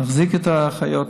תחזיק את האחיות,